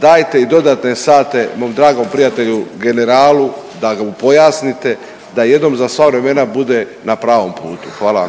dajte i dodatne sate mom dragom prijatelju generalu, da mu pojasnite da jednom za sva vremena bude na pravom putu. Hvala